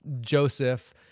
Joseph